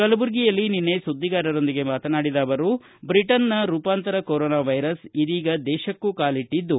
ಕಲಬುರಗಿಯಲ್ಲಿ ನಿನ್ನೆ ಸುದ್ಧಿಗಾರರೊಂದಿಗೆ ಮಾತನಾಡಿದ ಅವರು ಬ್ರಿಟನ್ನ ರೂಪಾಂತರ ಕೊರೊನಾ ವೈರಸ್ ಇದೀಗ ದೇಶಕ್ಕೂ ಕಾಲಿಟ್ಟದ್ದು